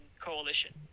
coalition